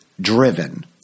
Driven